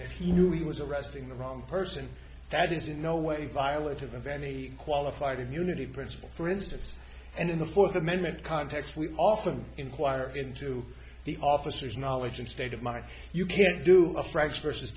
and he knew he was arresting the wrong person that is in no way violent of any qualified immunity principle for instance and in the fourth amendment context we often inquire into the officers knowledge of state of mind you can't do a french v